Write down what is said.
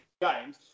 games